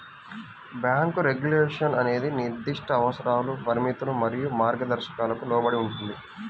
bank regulation అనేది నిర్దిష్ట అవసరాలు, పరిమితులు మరియు మార్గదర్శకాలకు లోబడి ఉంటుంది,